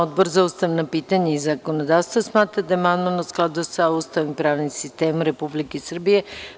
Odbor za ustavna pitanja i zakonodavstvo smatra da je amandman u skladu sa Ustavom i pravnim sistemom Republike Srbije.